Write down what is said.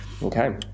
Okay